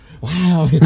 Wow